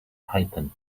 python